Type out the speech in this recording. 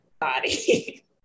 body